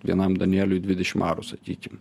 vienam danieliui dvidešim arų sakykim